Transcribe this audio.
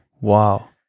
Wow